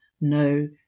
no